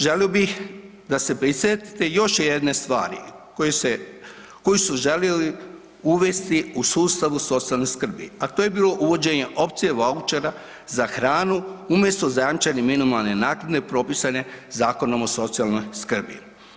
Želio bih da se prisjetite još jedne stvari koju su želili uvesti u sustav socijalne skrbi, a to je bilo uvođenje opcije vaučera za hranu umjesto zajamčene minimalne naknade propisane Zakonom o socijalnoj skrbi.